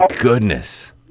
goodness